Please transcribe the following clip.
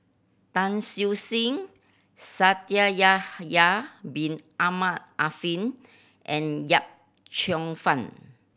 Tan Siew Sin Yahya Bin Ahmed Afifi and Yip Cheong Fun